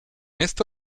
esto